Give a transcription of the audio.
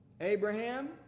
Abraham